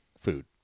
food